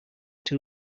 too